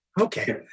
okay